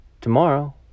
tomorrow